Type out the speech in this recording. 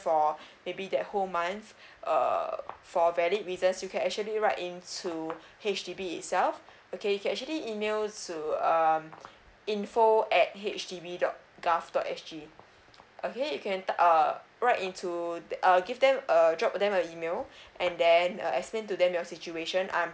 for maybe that whole month err for valid reasons you can actually write in to H_D_B itself okay you can actually email to um info at H D B dot gov dot S G okay you can ty~ uh write into th~ err give them err drop them a email and then uh explain to them your situation I'm